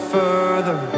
further